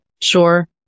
Sure